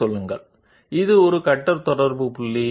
మేము మిమ్మల్ని అడిగితే కరెస్పాండింగ్ టూల్ పొజిషన్ ని కనుగొనండి